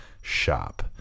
shop